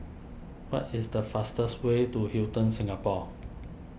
what is the fastest way to Hilton Singapore